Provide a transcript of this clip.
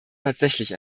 tatsächlich